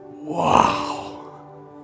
wow